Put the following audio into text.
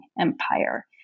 empire